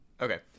Okay